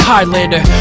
Highlander